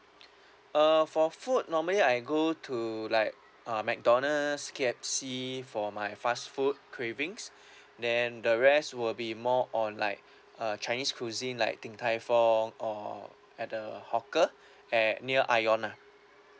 uh for food normally I go to like um mcdonald's K_F_C for my fast food cravings then the rest will be more on like a chinese cuisine like din tai fung or at the hawker at near ION ah